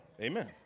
Amen